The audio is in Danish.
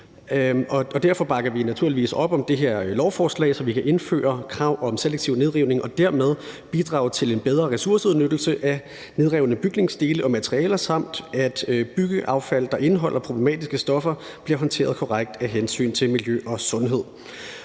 derfor bakker vi naturligvis op om det her lovforslag, så vi kan indføre krav om selektiv nedrivning og dermed bidrage til en bedre ressourceudnyttelse af nedrevne bygningsdele og materialer, samt at byggeaffald, der indeholder problematiske stoffer, bliver håndteret korrekt af hensyn til miljø og sundhed.